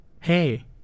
Hey